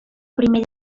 primer